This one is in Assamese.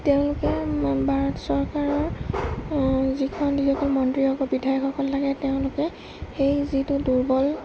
তেওঁলোকে ভাৰত চৰকাৰৰ যিখন যিসকল মন্ত্ৰী বা বিধায়কসকল লাগে তেওঁলোকে সেই যিটো দুৰ্বল